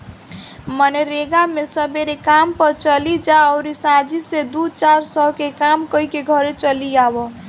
मनरेगा मे सबेरे काम पअ चली जा अउरी सांझी से दू चार सौ के काम कईके घरे चली आवअ